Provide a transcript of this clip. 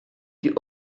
die